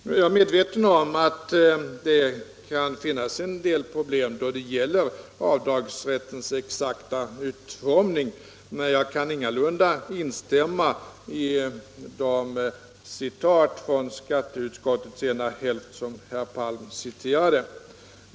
Jag är medveten om att det kan finnas en del problem då det gäller avdragsrättens exakta utformning, men jag kan ingalunda instämma i det uttalande av skatteutskottets ena hälft som herr Palm citerade.